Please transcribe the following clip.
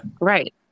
Right